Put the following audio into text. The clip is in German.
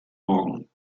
morgen